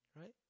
Right